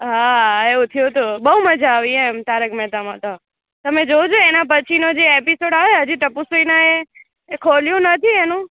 હા એવું થયું હતું બહુ મજા આવી એમ તારક મેહતામાં તો તમે જોજો એના પછીનો જે એપિસોડ આવે હજી ટપુ સેના એ ખોલ્યું નથી એનું